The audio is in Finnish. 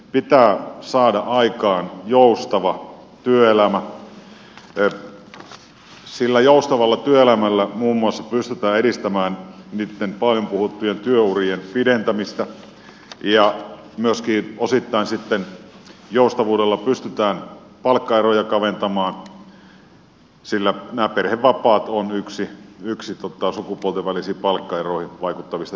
pitää saada aikaan joustava työelämä sillä joustavalla työelämällä muun muassa pystytään edistämään niitten paljon puhuttujen työurien pidentämistä ja osittain myöskin sitten joustavuudella pystytään palkkaeroja kaventamaan sillä nämä perhevapaat ovat yksi sukupuolten välisiin palkkaeroihin vaikuttavista tekijöistä